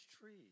tree